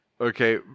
Okay